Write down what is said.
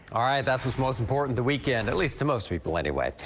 ah that's what's most important, the weekend at least to most people, anyway.